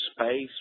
space